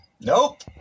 Nope